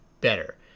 better